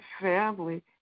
family